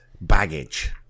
baggage